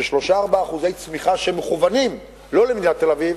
ש-3% 4% צמיחה שמכוונים לא למדינת תל-אביב,